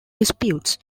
disputes